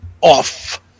off